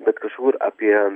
bet kažkur apie